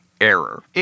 error